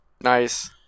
Nice